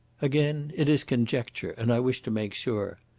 again it is conjecture, and i wish to make sure.